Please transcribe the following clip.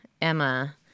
Emma